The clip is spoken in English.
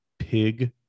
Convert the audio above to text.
Pig